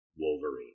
Wolverine